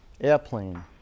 airplane